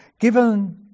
given